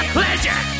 pleasure